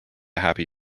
happy